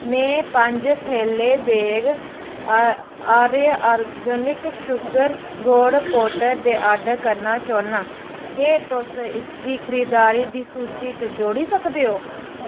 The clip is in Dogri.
में पंज थैल्ले बेग आ आर्य आर्गेनिक शुगर गुड़ पौडर दे आर्डर करना चाह्न्नां केह् तुस इसगी खरीदारी दी सूची च जोड़ी सकदे ओ